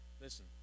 Listen